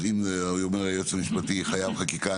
אז הנה, אומר היועץ המשפטי שזה חייב חקיקה.